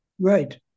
right